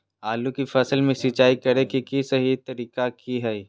आलू की फसल में सिंचाई करें कि सही तरीका की हय?